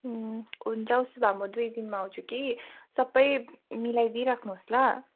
हुन्छ उसो भए म दुई दिनमा आउँछु कि सबै मिलाइदिइराख्नुहोस् ल